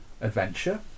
adventure